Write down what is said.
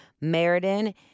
Meriden